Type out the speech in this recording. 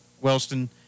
Wellston